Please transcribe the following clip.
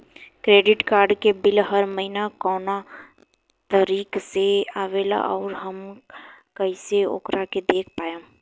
Credit card के बिल हर महीना कौना तारीक के आवेला और आउर हम कइसे ओकरा के देख पाएम?